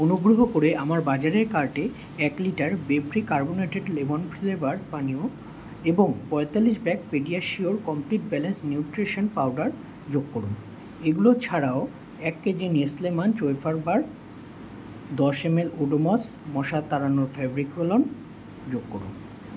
অনুগ্রহ করে আমার বাজারের কার্টে এক litre Befree carbonated lemon flavour পানীয় এবং পঁয়তাল্লিশ bag PediaSure complete balanced nutrition powder যোগ করুন এগুলো ছাড়াও এক K G Nestle Munch wafer bar দশ এমএল ওডোমস মশা তাড়ানোর ফ্যাব্রিক রোল অন যোগ করুন